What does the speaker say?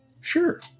sure